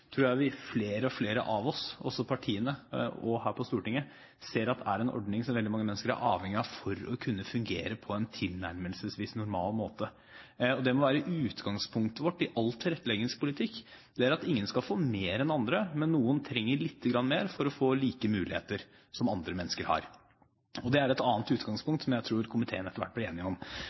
Jeg tror flere og flere av oss, også partiene her på Stortinget, ser at det er en ordning som veldig mange mennesker er avhengig av for å kunne fungere på en tilnærmelsesvis normal måte. Utgangspunktet vårt i all tilretteleggingspolitikk må være at ingen skal få mer enn andre, men noen trenger lite grann mer for å få samme muligheter som andre mennesker har. Det er et utgangspunkt som jeg tror komiteen etter hvert blir enig om.